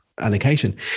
allocation